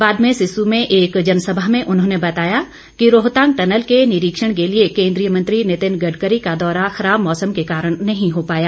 बाद में सिस्सु में एक जनसभा में उन्होंने बताया कि रोहतांग टनल के निरीक्षण के लिए केंद्रीय मंत्री नितिन गडकरी का दौरा खराब मौसम के कारण नहीं हो पाया